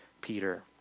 Peter